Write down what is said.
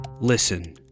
Listen